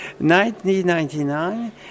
1999